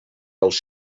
els